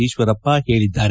ಈಶ್ವರಪ್ಪ ಹೇಳಿದ್ದಾರೆ